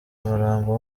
umurambo